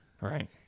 right